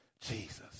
Jesus